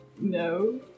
No